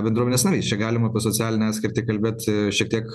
bendruomenės narys čia galima apie socialinę atskirtį kalbėti šiek tiek